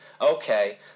Okay